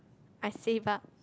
I save up